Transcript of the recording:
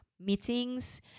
meetings